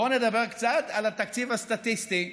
בואו נדבר קצת על התקציב הסטטיסטי.